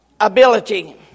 ability